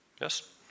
Yes